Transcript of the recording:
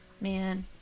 man